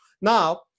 Now